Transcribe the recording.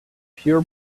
pure